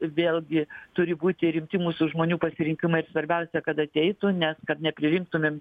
vėlgi turi būti rimti mūsų žmonių pasirinkimai svarbiausia kad ateitų nes kad nepririnktumėm